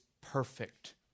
perfect